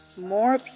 more